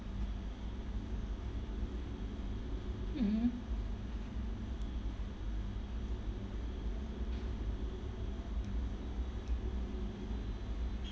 mmhmm